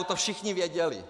To všichni věděli!